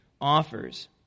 offers